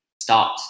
start